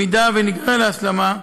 אם ניגרר להסלמה,